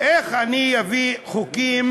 איך אני אביא חוקים